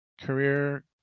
Career